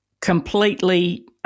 completely –